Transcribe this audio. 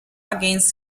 against